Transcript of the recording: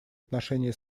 отношении